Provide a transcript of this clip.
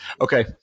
okay